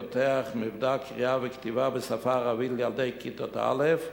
פותח מבדק קריאה וכתיבה בשפה הערבית לילדי כיתות א',